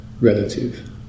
relative